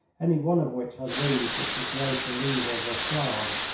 any one of which has rooms which would grace the louvre or versailles.